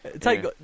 Take